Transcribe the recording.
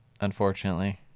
unfortunately